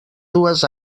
dues